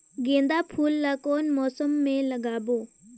गेंदा फूल ल कौन मौसम मे लगाबो?